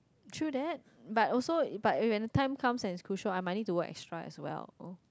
chill that but also but when time comes at school shop I might need to work extra as well